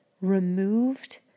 removed